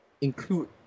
include